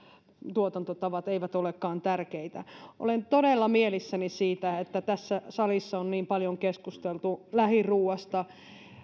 tuotantotavat eivät olekaan tärkeitä olen todella mielissäni siitä että tässä salissa on niin paljon keskusteltu lähiruuasta